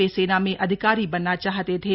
वे सेना में अधिकारी बनना चाहते थे